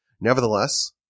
Nevertheless